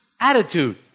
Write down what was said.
attitude